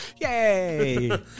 Yay